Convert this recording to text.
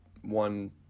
one